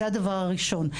זה הדבר הראשון.